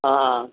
অঁ